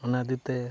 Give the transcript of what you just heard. ᱚᱱᱟ ᱤᱫᱤᱛᱮ